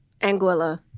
Anguilla